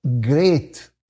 great